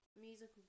musical